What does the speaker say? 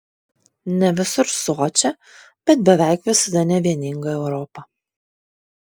ne visur sočią bet beveik visada nevieningą europą